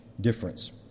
difference